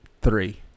three